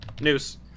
Noose